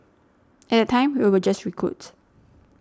at that time we were just recruits